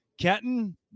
Kenton